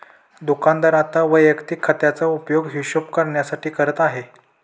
दुकानदार आता वैयक्तिक खात्याचा उपयोग हिशोब करण्यासाठी करत आहे